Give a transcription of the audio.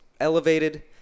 elevated